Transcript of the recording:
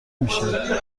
میشه